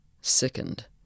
sickened